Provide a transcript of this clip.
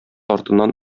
артыннан